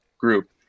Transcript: group